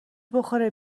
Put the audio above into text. بخوره